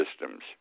systems